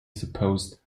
supposed